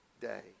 day